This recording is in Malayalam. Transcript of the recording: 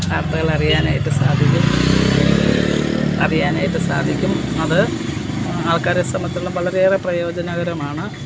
വാർത്തകൾ അറിയാനായിട്ട് സാധിക്കും അറിയാനായിട്ട് സാധിക്കും അത് ആൾക്കാരെ സംബന്ധിച്ചിടത്തോളം വളരെ ഏറെ പ്രയോജനകരമാണ്